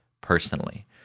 personally